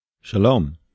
Shalom